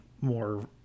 more